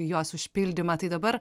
jos užpildymą tai dabar